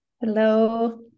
Hello